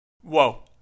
Whoa